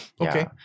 Okay